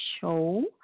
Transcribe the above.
show